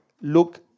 look